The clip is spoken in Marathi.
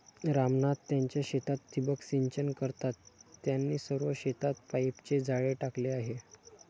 राम नाथ त्यांच्या शेतात ठिबक सिंचन करतात, त्यांनी सर्व शेतात पाईपचे जाळे टाकले आहे